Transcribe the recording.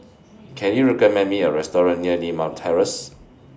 Can YOU recommend Me A Restaurant near Limau Terrace